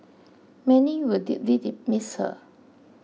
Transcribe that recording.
many will deeply miss her